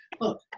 look